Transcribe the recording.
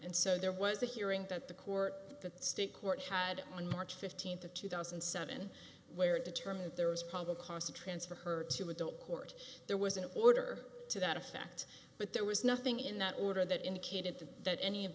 and so there was a hearing that the court the state court had on march fifteenth of two thousand and seven where determined there was probable cause to transfer her to adult court there was an order to that effect but there was nothing in that order that indicated that any of